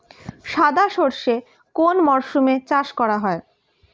সাদা সর্ষে কোন মরশুমে চাষ করা হয়?